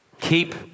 Keep